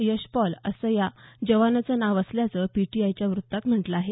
यश पॉल असं या जवानाचं नाव असल्याचं पीटीआयच्या वृत्तात म्हटलं आहे